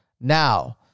now